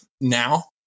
now